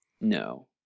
No